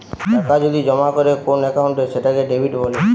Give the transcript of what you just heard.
টাকা যদি জমা করে কোন একাউন্টে সেটাকে ডেবিট বলে